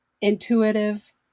intuitive